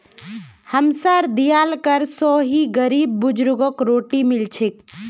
हमसार दियाल कर स ही गरीब बुजुर्गक रोटी मिल छेक